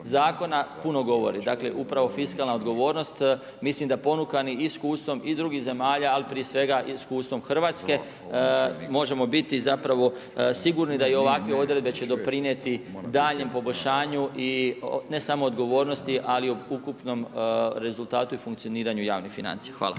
puno govori, dakle, upravo fiskalna odgovornost, mislim da ponukani iskustvom i drugih zemalja, ali prije svega iskustvom Hrvatske, možemo biti zapravo sigurni da i ovakve odredbe će doprinijeti daljem poboljšanju i ne samo odgovornosti, ali o ukupnom rezultatu i funkcioniranju javnih financija. Hvala.